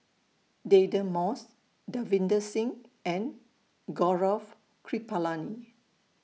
Deirdre Moss Davinder Singh and Gaurav Kripalani